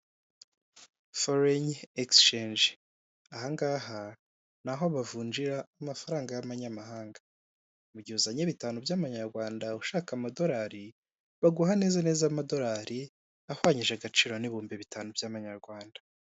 Abagabo babiri bari imbere y'ikamyo umwe yambaye ishati y'amakaro undi yambaye umupira w'umutuku urimo utubara tw'umweru, imbere y'iyo kamyo hari amagambo yandikishije umutuku hari n'ayandi yandikishije umukara.